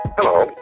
Hello